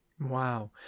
Wow